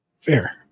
Fair